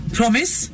promise